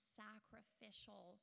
sacrificial